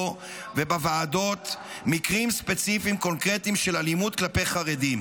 ובוועדות מקרים ספציפיים קונקרטיים של אלימות כלפי חרדים.